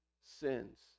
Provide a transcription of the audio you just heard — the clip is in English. sins